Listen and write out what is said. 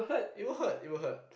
it will hurt it will hurt